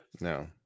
No